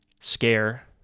scare